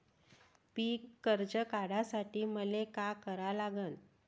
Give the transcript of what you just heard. पिक कर्ज काढासाठी मले का करा लागन?